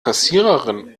kassiererin